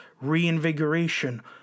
reinvigoration